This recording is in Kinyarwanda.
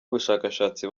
ubushakashatsi